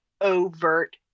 overt